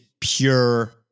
pure